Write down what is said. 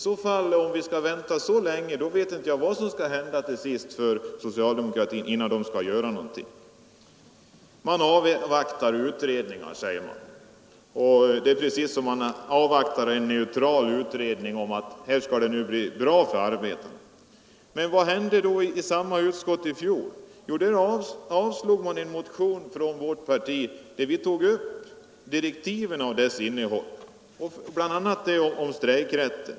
Skall vi vänta så länge, vet jag inte vad som måste hända till sist med socialdemokraterna för att de skall göra något. Man avvaktar utredningar, säger man. Det är precis som om man avvaktade en neutral utredning om att det skall bli bra för arbetarna. Men vad hände i samma utskott i fjol? Jo man avslog en motion från vårt parti där vi tog upp direktiven och dess innehåll, bl.a. detta om strejkrätten.